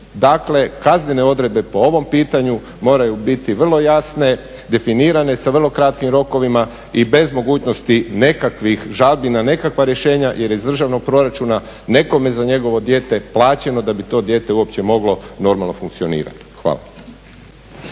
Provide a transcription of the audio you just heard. Dakle kaznene odredbe po ovom pitanju moraju biti vrlo jasne, definirane, sa vrlo kratkim rokovima i bez mogućnosti nekakvih žalbi na nekakva rješenja jer iz državnog proračuna nekome je za njegovo dijete plaćeno da bi to dijete uopće moglo normalno funkcionirati. Hvala.